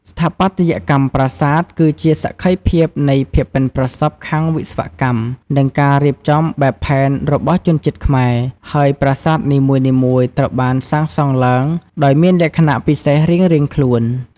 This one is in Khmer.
ស្ថាបត្យកម្មប្រាសាទ គឺជាសក្ខីភាពនៃភាពប៉ិនប្រសប់ខាងវិស្វកម្ម និងការរៀបចំបែបផែនរបស់ជនជាតិខ្មែរ ហើយប្រាសាទនីមួយៗត្រូវបានសាងសង់ឡើងដោយមានលក្ខណៈពិសេសរៀងៗខ្លួន។